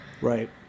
right